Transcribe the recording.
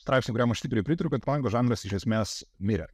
straipsnį kuriam aš tikrai pritariu kad panko žanras iš esmės mirė